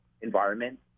environment